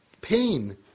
pain